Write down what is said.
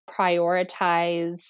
prioritize